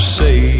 say